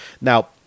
Now